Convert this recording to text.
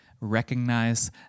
recognize